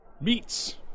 Meats